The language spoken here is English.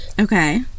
Okay